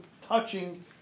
touching